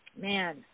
man